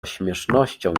śmiesznością